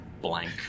blank